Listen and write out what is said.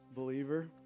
believer